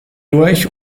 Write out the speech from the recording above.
durch